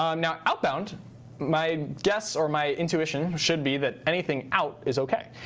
um now, outbound my guess or my intuition should be that anything out is ok.